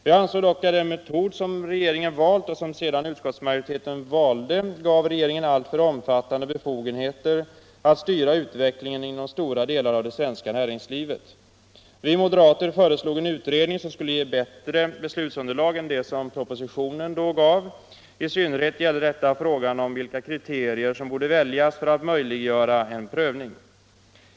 Vi ansåg dock att den metod som regeringen valt och som sedan utskottsmajoriteten tillstyrkte gav regeringen alltför omfattande befogenheter att styra utvecklingen inom stora delar av det svenska näringslivet. Vi moderater föreslog en utredning som skulle ge bättre beslutsunderlag än vad propositionen då gav. I synnerhet gällde detta frågan om vilka kriterier som borde väljas för att möjliggöra en prövning.